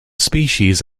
species